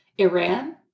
Iran